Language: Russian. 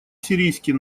сирийский